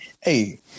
hey